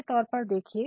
उदाहरण के तौर पर देखिए